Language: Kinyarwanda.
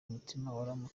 umutima